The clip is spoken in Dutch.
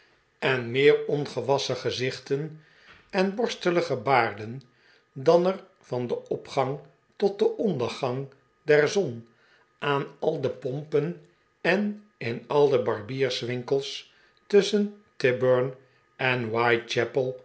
en meer ongewasschen gezichten en borstelige baarden dan er van den opgang tot den ondergang der zon aan al de pompen en in al de barbierswinkels tusschen tyburn en